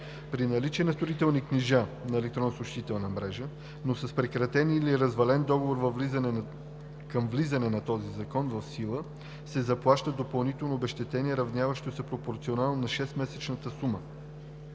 при наличие на строителни книжа за ЕСМ, но с прекратен или развален договор към влизане на този закон в сила се заплаща допълнително обезщетение, равняващо се пропорционално на шестмесечна сума.